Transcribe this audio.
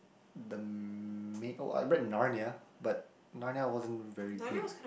the main oh I read Narnia but Narnia wasn't very good